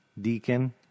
Deacon